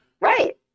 Right